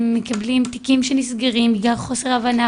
הם מקבלים תיקים שנסגרים בגלל חוסר הבנה,